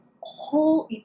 whole